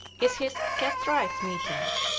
is his cats' rights meeting,